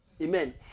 Amen